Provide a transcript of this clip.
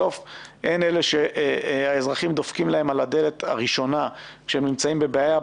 בסוף הן אלה שהאזרחים דופקים להן על הדלת הראשונה כשהם נמצאים בבעיה,